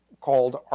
called